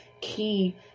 key